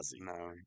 No